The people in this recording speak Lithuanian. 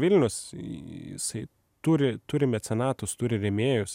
vilnius jisai turi turi mecenatus turi rėmėjus